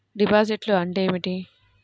డిపాజిట్లు అంటే ఏమిటి?